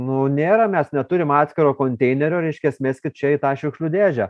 nu nėra mes neturim atskiro konteinerio reiškias meskit čia į tą šiukšlių dėžę